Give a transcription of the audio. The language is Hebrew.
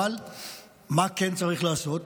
אבל מה כן צריך לעשות?